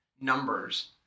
numbers